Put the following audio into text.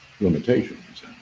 limitations